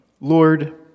Lord